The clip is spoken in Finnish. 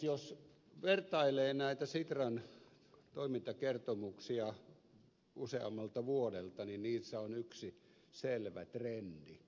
jos vertailee näitä sitran toimintakertomuksia useammalta vuodelta niin niissä on yksi selvä trendi